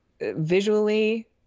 Visually